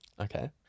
Okay